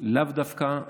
לאו דווקא,